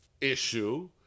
issue